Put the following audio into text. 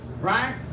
right